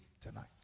tonight